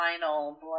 final